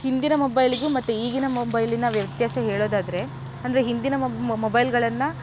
ಹಿಂದಿನ ಮೊಬೈಲಿಗು ಮತ್ತೆ ಈಗಿನ ಮೊಬೈಲಿನ ವ್ಯತ್ಯಾಸ ಹೇಳೋದಾದರೆ ಅಂದರೆ ಹಿಂದಿನ ಮೊಬೈಲ್ಗಳನ್ನು